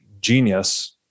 genius